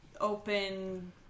open